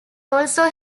also